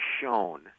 shown